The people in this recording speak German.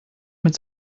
mit